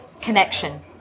connection